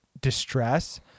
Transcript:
distress